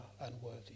unworthy